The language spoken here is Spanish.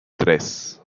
tres